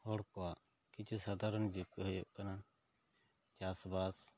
ᱦᱚᱲ ᱠᱚᱣᱟᱜ ᱠᱤᱪᱷᱩ ᱥᱟᱫᱷᱟᱨᱚᱱ ᱡᱤᱵᱤᱠᱟ ᱦᱩᱭᱩᱜ ᱠᱟᱱᱟ ᱪᱟᱥ ᱵᱟᱥ